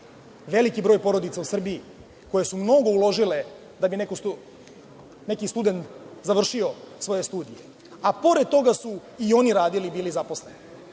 veliki broj porodica u Srbiji, koje su mnogo uložile da bi neki student završio svoje studije, a pored toga su i oni radili i bili zaposleni.